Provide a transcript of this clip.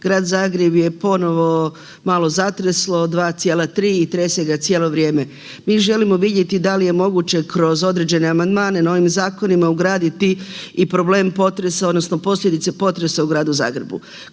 Grad Zagreb je ponovo malo zatreslo 2,3 i trese ga cijelo vrijeme. Mi želimo vidjeti da li moguće kroz određene amandmane na ovim zakonima ugraditi i problem potresa odnosno posljedice potresa u Gradu Zagrebu.